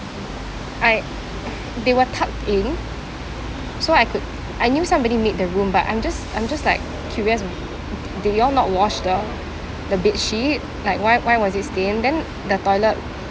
I they were tucked in so I could I knew somebody made the room but I'm just I'm just like curious d~ do you all not wash the the bedsheet like why why was it stained then the toilet